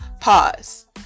pause